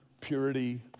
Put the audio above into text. purity